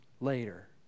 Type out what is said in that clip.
later